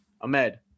Ahmed